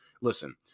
listen